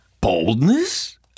boldness